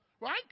right